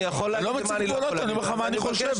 להציע נוסח חלופי וכל מטרתן היא לייצר עיכובים ופגיעה